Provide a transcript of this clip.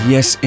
Yes